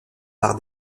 par